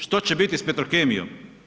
Što će biti sa Petrokemijom?